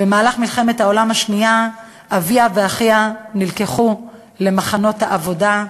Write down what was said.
ובמהלך מלחמת העולם השנייה אביה ואחיה נלקחו למחנות העבודה,